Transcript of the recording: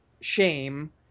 shame